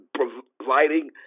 providing